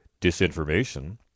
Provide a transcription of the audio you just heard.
disinformation